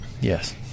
Yes